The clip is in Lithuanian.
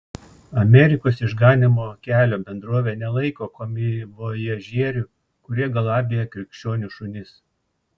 amerikos išganymo kelio bendrovė nelaiko komivojažierių kurie galabija krikščionių šunis